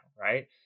right